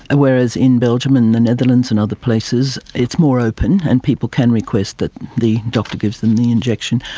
and whereas in belgium and in the netherlands and other places it's more open, and people can request that the doctor gives them the injection.